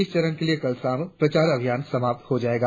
इस चरण के लिए कल शाम प्रचार अभियान समाप्त हो जाएगा